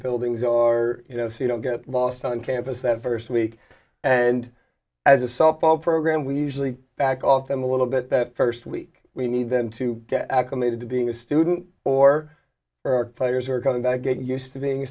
buildings are you know so you don't get lost on campus that first week and as a softball program we usually back off them a little bit that first week we need them to get acclimated to being a student or are our players are coming back get used to being